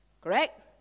Correct